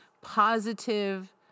positive